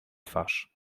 twarz